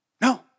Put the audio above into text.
No